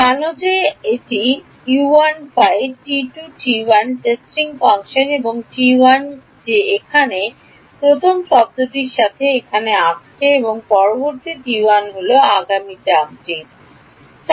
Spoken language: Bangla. কেন যে এটি টেস্টিং ফাংশন এবং যে এখানে প্রথম শব্দটির সাথে এখানে আসছে এবং পরবর্তী হচ্ছে আগামী টার্মটি কী হবে